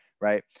right